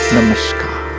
Namaskar